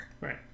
Right